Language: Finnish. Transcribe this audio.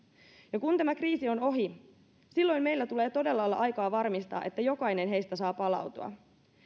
ja kun tämä kriisi on ohi silloin meillä tulee todella olla aikaa varmistaa että jokainen heistä saa palautua